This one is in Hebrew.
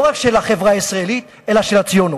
לא רק של החברה הישראלית אלא של הציונות.